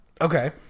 Okay